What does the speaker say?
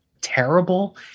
terrible